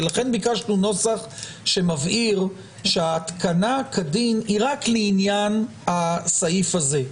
ולכן ביקשנו נוסח שמבהיר שההתקנה כדין היא רק לעניין הסעיף הזה,